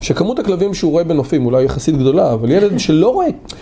שכמות הכלבים שהוא רואה בנופים אולי יחסית גדולה, אבל ילד שלא רואה.